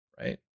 Right